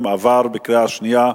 עברה בקריאה שנייה.